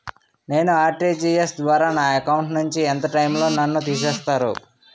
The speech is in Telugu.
నేను ఆ.ర్టి.జి.ఎస్ ద్వారా నా అకౌంట్ నుంచి ఎంత టైం లో నన్ను తిసేస్తారు?